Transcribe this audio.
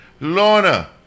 Lorna